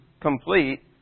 complete